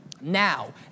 now